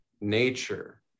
nature